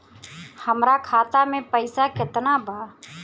हमरा खाता में पइसा केतना बा?